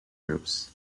groups